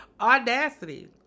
Audacity